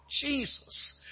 Jesus